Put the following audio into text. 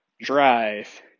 drive